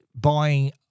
buying